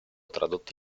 tradotti